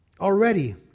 Already